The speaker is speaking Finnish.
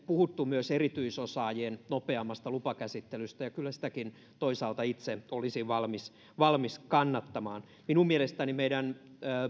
puhuttu myös erityisosaajien nopeammasta lupakäsittelystä ja kyllä sitäkin toisaalta itse olisin valmis valmis kannattamaan minun mielestäni meidän